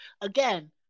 again